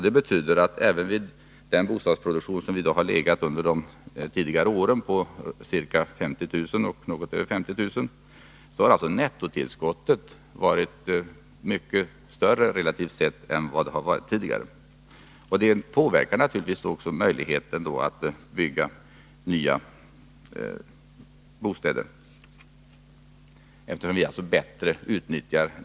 Det betyder att nettotillskottet relativt sett har varit mycket större än tidigare, även vid den nivå — ca 50 000 — som bostadsproduktionen har legat på under senare år. Att vi bättre utnyttjar det kapital som vi redan har påverkar naturligtvis möjligheten att bygga nya bostäder.